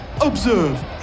Observe